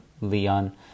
Leon